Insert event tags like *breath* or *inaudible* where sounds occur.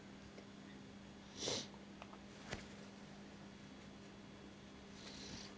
*breath*